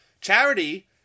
Charity